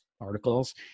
articles